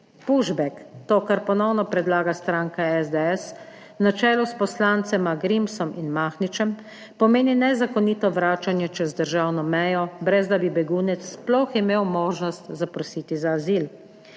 "Pushback", to, kar ponovno predlaga stranka SDS na čelu s poslancema Grimsom in Mahničem, pomeni nezakonito vračanje čez državno mejo brez da bi begunec sploh imel možnost zaprositi za azil.